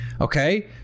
okay